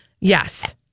Yes